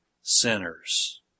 sinners